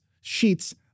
sheets